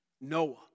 Noah